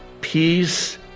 peace